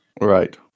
Right